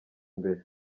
imbere